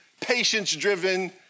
patience-driven